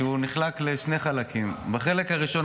הוא נחלק לשני חלקים: בחלק הראשון,